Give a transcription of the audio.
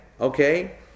okay